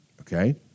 Okay